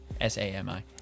S-A-M-I